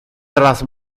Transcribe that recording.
tras